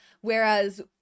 Whereas